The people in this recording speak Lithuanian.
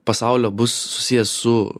pasaulio bus susijęs su